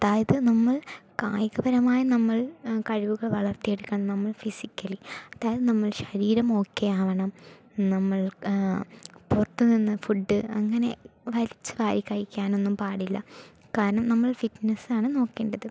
അതായത് നമ്മൾ കായികപരമായി നമ്മൾ കഴിവുകൾ വളർത്തിയെടുക്കാൻ നമ്മൾ ഫിസിക്കലി അതായത് നമ്മുടെ ശരീരം ഓക്കെ ആവണം നമ്മൾ പുറത്തു നിന്ന് ഫുഡ്ഡ് അങ്ങനെ വലിച്ചുവാരി കഴിക്കാൻ ഒന്നും പാടില്ല കാരണം നമ്മൾ ഫിറ്റ്നസ് ആണ് നോക്കേണ്ടത്